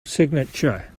signature